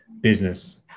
business